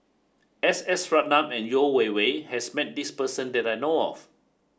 S S Ratnam and Yeo Wei Wei has met this person that I know of